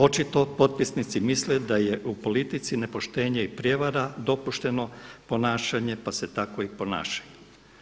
Očito potpisnici misle da je u politici nepoštenje i prijevara dopušteno ponašanje, pa se tako i ponašaju.